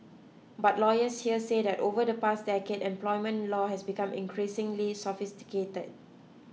but lawyers here say that over the past decade employment law has become increasingly sophisticate